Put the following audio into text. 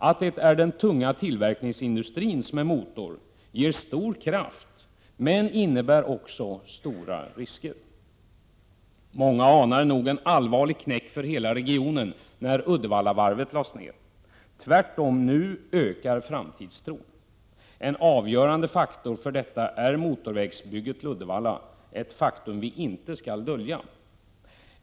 Att det är den tunga tillverkningsindustrin som är motor ger stor kraft men innebär också stora risker. Många anade nog en allvarlig knäck för hela regionen när Uddevallavarvet lades ner. Det blev tvärtom — nu ökar framtidstron. En avgörande faktor för detta är motorvägsbygget till Uddevalla — ett faktum som vi inte skall dölja.